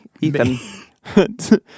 Ethan